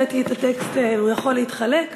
הבאתי את הטקסט והוא יכול להתחלק,